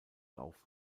auf